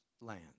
land